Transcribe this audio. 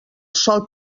sòl